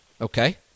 Okay